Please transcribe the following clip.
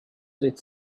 sweet